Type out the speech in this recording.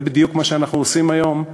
זה בדיוק מה שאנחנו עושים היום,